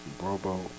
Robo